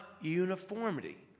uniformity